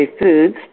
foods